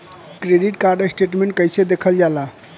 Credit card statement कइसे देखल जाला?